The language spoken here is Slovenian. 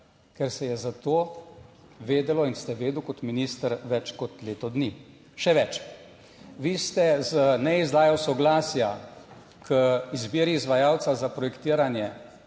ker se je za to vedelo in ste vedeli kot minister več kot leto dni. Še več. Vi ste z neizdajo soglasja k izbiri izvajalca za projektiranje